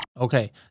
Okay